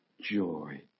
joy